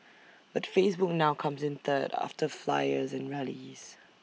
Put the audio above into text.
but Facebook now comes in third after flyers and rallies